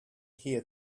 here